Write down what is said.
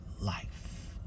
life